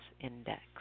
index